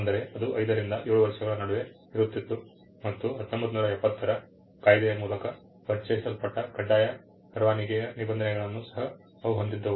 ಅಂದರೆ ಇದು ಐದರಿಂದ ಏಳು ವರ್ಷಗಳ ನಡುವೆ ಇರುತ್ತಿತ್ತು ಮತ್ತು 1970 ರ ಕಾಯಿದೆಯ ಮೂಲಕ ಪರಿಚಯಿಸಲ್ಪಟ್ಟ ಕಡ್ಡಾಯ ಪರವಾನಗಿಯ ನಿಬಂಧನೆಗಳನ್ನೂ ಸಹ ಅವು ಹೊಂದಿದ್ದವು